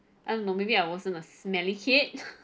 I don't know maybe I wasn't a smelly kid